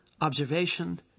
observation